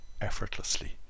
effortlessly